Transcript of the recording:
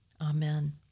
Amen